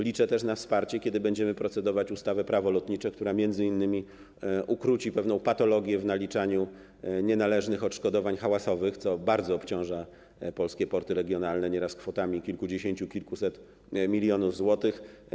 Liczę też na wsparcie, kiedy będziemy procedować nad ustawą Prawo lotnicze, która m.in. ukróci pewną patologię w naliczaniu nienależnych odszkodowań hałasowych, co bardzo obciąża polskie porty regionalne, nieraz kwotami kilkudziesięciu, kilkuset milionów złotych.